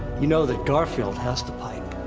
you know that garfield has the pipe,